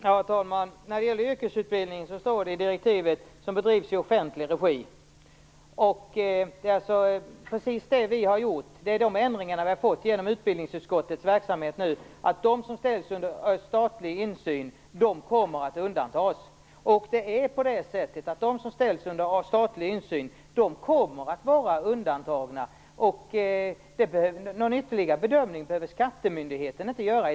Herr talman! När det gäller yrkesutbildning står det i direktivet "som bedrivs i offentlig regi". De ändringar vi nu har fått till stånd genom utbildningsutskottets verksamhet är att de som ställs under statlig insyn kommer att undantas. De som ställs under statlig insyn kommer alltså att vara undantagna, och någon ytterligare bedömning behöver skattemyndigheten inte göra.